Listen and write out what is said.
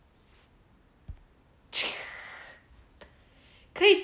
可以